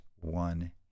one